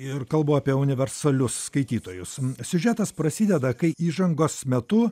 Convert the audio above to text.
ir kalbu apie universalius skaitytojus siužetas prasideda kai įžangos metu